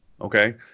Okay